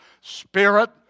spirit